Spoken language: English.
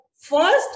first